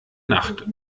nacht